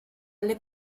alle